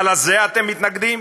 הלזה אתם מתנגדים?